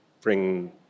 bring